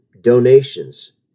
donations